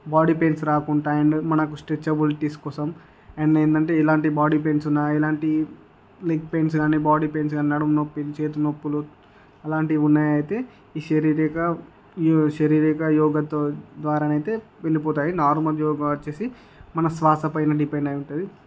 body pains రాకుండా and మనకు stretchability కోసం అండ్ ఏందంటే ఎలాంటి బాడీ పెయిన్స్ ఉన్నాయి ఎలాంటి లెగ్ పెయిన్స్ కానీ బాడీ పెయిన్స్ కానీ నడుము నొప్పులు చేతుల నొప్పులు అలాంటివి ఉన్నాయి అయితే ఈ శరీరక శారీరికా యోగాతో ద్వారా అయితే వెళ్ళిపోతాయి నార్మల్ యోగా వచ్చి మన శ్వాస పైన డిపెండ్ అయి ఉంటుంది